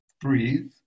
breathe